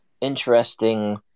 interesting